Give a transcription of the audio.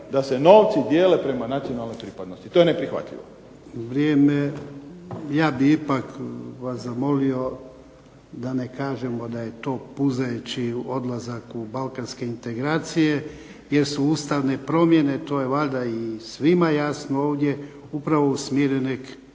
da se novci dijele prema nacionalnoj pripadnosti. To je apsolutno neprihvatljivo. **Jarnjak, Ivan (HDZ)** Vrijeme. Ja bih ipak vas zamolio da ne kažemo da je to puzajući odlazak u Balkanske integracije, jer su Ustavne promjene to je valjda svima jasno, upravo usmjerene